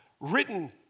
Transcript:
written